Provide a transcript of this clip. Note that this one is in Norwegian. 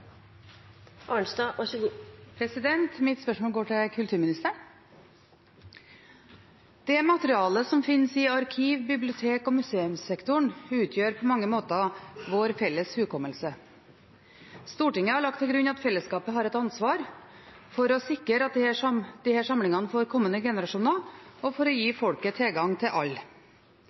materialet som finnes i arkiv-, bibliotek- og museumssektoren, utgjør på mange måter vår felles hukommelse. Stortinget har lagt til grunn at fellesskapet har et ansvar for å sikre disse samlingene for kommende generasjoner og for å gi folket tilgang til alle.